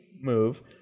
move